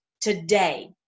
today